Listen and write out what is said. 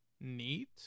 neat